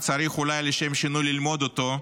ואולי צריך לשם שינוי ללמוד אותו,